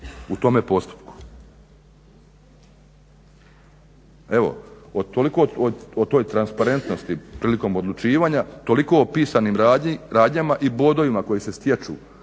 u tome postupku. Evo, toliko o toj transparentnosti prilikom odlučivanja, toliko o pisanoj radnji i bodovima koji se stječu